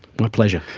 my pleasure.